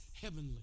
heavenly